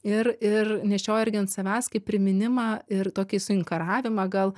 ir ir nešioju irgi ant savęs kaip priminimą ir tokį suinkaravimą gal